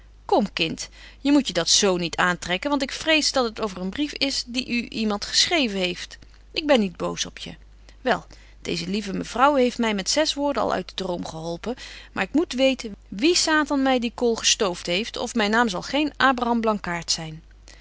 kom kind je moetje dat z niet aantrekken want ik vrees dat het over een brief is die u iemand geschreven heeft ik ben niet boos op je wel deeze lieve mevrouw heeft my met zes woorden al uit den droom geholpen maar ik moet weten wie satan my die kool gestooft heeft of myn naam zal geen abraham blankaart zyn